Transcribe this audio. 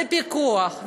הפיקוח,